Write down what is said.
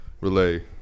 relay